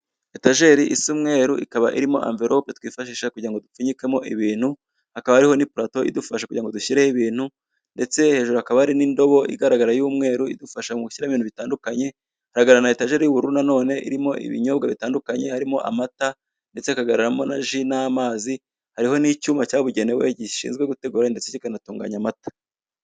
Etageri isa umwe ikaba irimo amvelope twifashisha kugira ngo dupfunyikemo ibintu hakaba ari ni parato idufasha kugira ngo dushyireho ibintu, ndetse hejuru akaba ari n'indobo igaragara y'umweru idufasha mu gushyira ibintu bitandukanye, hagaragara na etajeri y'ubururu na none irimo ibinyobwa bitandukanye harimo amata, ndetse ha akagaramo na ji n'amazi hariho n'icyuma cyabugenewe gishinzwe gutegura ndetse kikanatunganya amata.